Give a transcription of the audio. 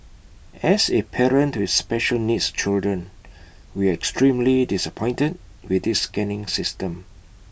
as A parent to special needs children we are extremely disappointed with this scanning system